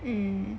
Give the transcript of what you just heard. mm